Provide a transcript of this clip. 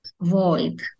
void